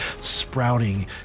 sprouting